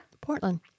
Portland